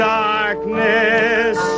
darkness